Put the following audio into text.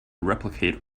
replicate